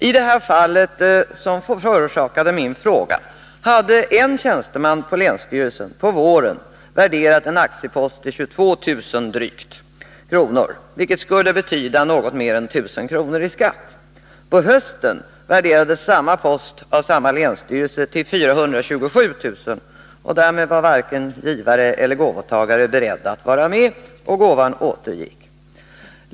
I det specifika fall som förorsakade min fråga hade en tjänsteman vid länsstyrelsen på våren värderat en aktiepost till drygt 22 000 kr., vilket skulle innebära en gåvoskatt på något mer än 1 000 kr. På hösten värderades samma aktiepost av samma länsstyrelse till 427 000 kr. Därmed var varken givare eller gåvotagare beredd att vara med, varpå gåvan återgick.